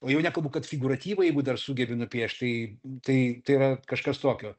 jau nekalbu kad figūratyvą jeigu dar sugebi nupiešt tai tai tai yra kažkas tokio